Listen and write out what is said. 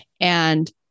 And-